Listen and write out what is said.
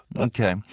Okay